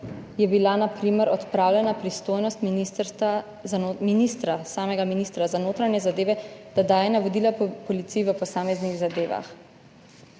je bila na primer odpravljena pristojnost ministra za notranje zadeve, da daje navodila policiji v posameznih zadevah.